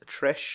Trish